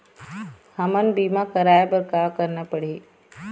हमन बीमा कराये बर का करना पड़ही?